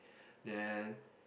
then